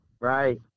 Right